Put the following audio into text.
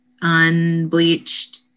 unbleached